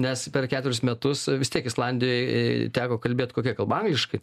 nes per keturis metus vistiek islandijoj ee teko kalbėt kokia kalba angliškai